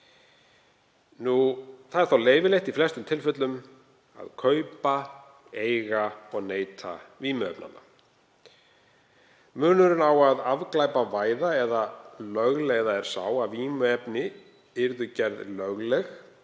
Það er þá leyfilegt í flestum tilfellum að kaupa, eiga og neyta vímuefnanna. Munurinn á að afglæpavæða eða lögleiða er sá að vímuefni yrðu gerð lögleg,